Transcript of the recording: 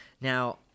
Now